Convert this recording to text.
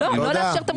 לא לאפשר את המוצר.